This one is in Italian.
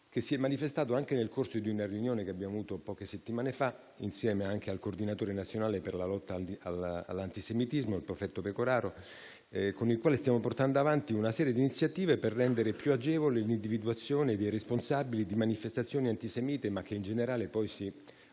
si è manifestata anche nel corso di una riunione che abbiamo avuto poche settimane fa, insieme anche al coordinatore nazionale per la lotta all'antisemitismo, il prefetto Pecoraro, con il quale stiamo portando avanti una serie di iniziative per rendere più agevole l'individuazione dei responsabili di manifestazioni antisemite, ma che, in generale, si allargano